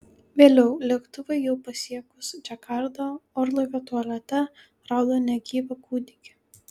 vėliau lėktuvui jau pasiekus džakartą orlaivio tualete rado negyvą kūdikį